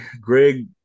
Greg